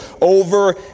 over